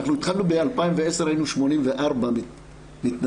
אנחנו התחלתנו ב-2010, היינו 84 מתנדבים.